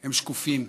הם שקופים,